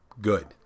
good